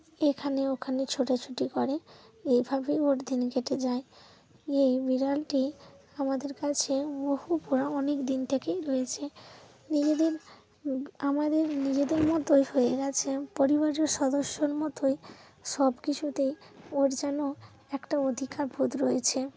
এখানে ওখানে ছোটাছুটি করে এইভাবেই ওর দিন কেটে যায় এই বিড়ালটি আমাদের কাছে বহু পুরা অনেক দিন থেকেই রয়েছে নিজেদের আমাদের নিজেদের মতোই হয়ে গেছে পরিবারের সদস্যর মতোই সব কিছুতেই ওর যেন একটা অধিকার বোধ রয়েছে